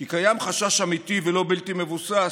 כי קיים חשש אמיתי ולא בלתי מבוסס